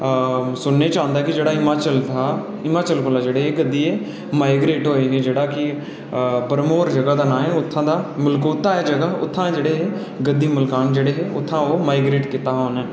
सुनने च औंदा कि जेह्ड़ा हिमाचल हा हिमाचल कोला जेह्ड़ा एह् गद्दी एह् माइग्रेट होए जेह्ड़ा कि भरमौर जगह् दा नां ऐ उत्थूं दा मलकोह्ता ऐ जगह् उत्थूं दे गद्दी मलकान जेह्ड़े हे उत्थूं दा माइग्रेट कीता हा उ'नें